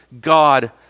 God